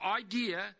idea